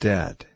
Dead